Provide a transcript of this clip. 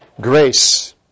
Grace